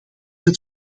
het